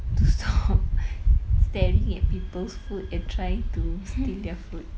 to stop staring at people's food and trying to steal their food